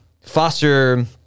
Foster